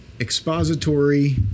expository